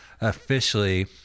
officially